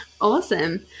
Awesome